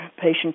patient